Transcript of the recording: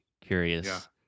Curious